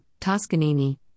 Toscanini